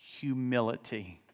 humility